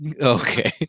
Okay